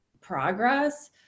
progress